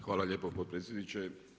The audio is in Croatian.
Hvala lijepo potpredsjedniče.